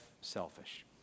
selfish